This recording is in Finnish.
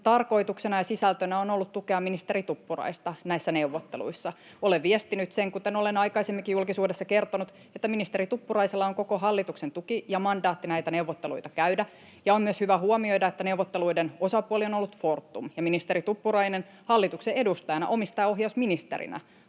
tarkoituksena ja sisältönä on ollut tukea ministeri Tuppuraista näissä neuvotteluissa. [Jani Mäkelä: Siinä kaikki?] Olen viestinyt sen, kuten olen aikaisemminkin julkisuudessa kertonut, että ministeri Tuppuraisella on koko hallituksen tuki ja mandaatti näitä neuvotteluita käydä. On myös hyvä huomioida, että neuvottelujen osapuoli on ollut Fortum ja ministeri Tuppurainen hallituksen edustajana, omistajaohjausministerinä,